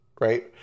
right